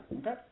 Okay